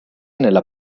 nella